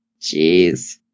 Jeez